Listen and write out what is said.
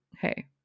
hey